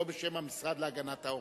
לא בשם המשרד להגנת העורף.